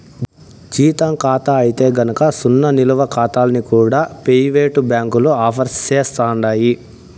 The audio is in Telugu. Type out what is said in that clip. జీతం కాతా అయితే గనక సున్నా నిలవ కాతాల్ని కూడా పెయివేటు బ్యాంకులు ఆఫర్ సేస్తండాయి